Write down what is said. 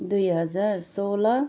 दुई हजार सोह्र